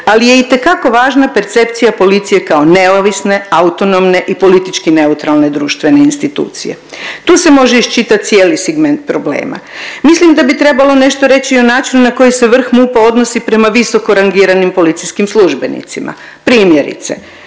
ali je itekako važna percepcija policije kao neovisne, autonomne i politički neutralne društvene institucije. Tu se može iščitati cijeli segment problema. Mislim da bi trebalo nešto reći i o načinu na koji se vrh MUP-a odnosi prema visoko rangiranim policijskim službenicima. Primjerice,